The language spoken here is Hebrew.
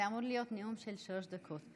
זה אמור להיות נאום של שלוש דקות.